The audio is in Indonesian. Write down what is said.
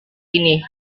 ini